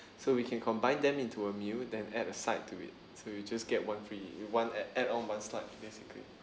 so we can combine them into a meal then add a side to it so you'll just get one free one ad~ add on one slice